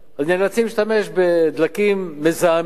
אז נאלצים להשתמש בדלקים מזהמים